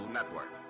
Network